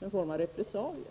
en form av repressalie.